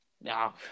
No